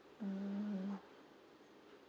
mm